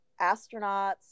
astronauts